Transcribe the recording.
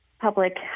public